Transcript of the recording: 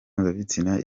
mpuzabitsina